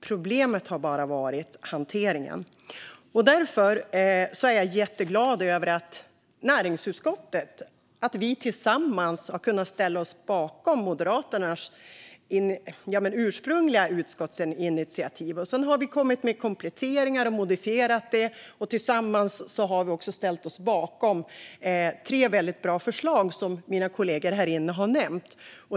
Problemet har varit hanteringen. Därför är jag jätteglad över att vi i näringsutskottet tillsammans har kunnat ställa oss bakom Moderaternas ursprungliga utskottsinitiativ. Sedan har vi kommit med kompletteringar och modifierat det, och tillsammans har vi ställt oss bakom tre väldigt bra förslag, som mina kollegor här inne har nämnt.